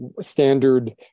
standard